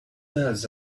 else